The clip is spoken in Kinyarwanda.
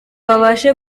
babashe